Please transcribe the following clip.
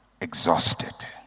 exhausted